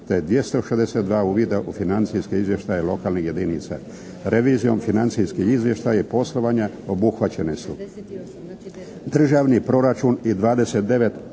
te 262 uvida u financijske izvještaje lokalnih jedinica. Revizijom financijskih izvještaja i poslovanja obuhvaćene su državni proračun i 29